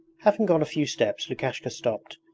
having gone a few steps lukashka stopped,